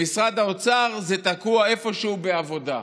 במשרד האוצר זה תקוע איפשהו בעבודה.